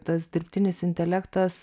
tas dirbtinis intelektas